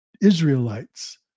Israelites